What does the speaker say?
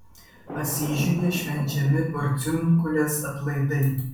asyžiuje švenčiami porciunkulės atlaidai